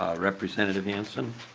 representative hansen